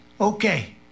Okay